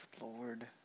lord